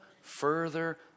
further